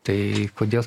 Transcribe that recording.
tai kodėl